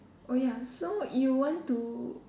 oh ya so you want to